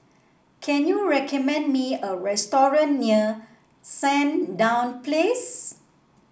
can you recommend me a restaurant near Sandown Place